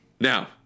Now